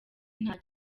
nta